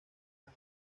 más